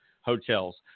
hotels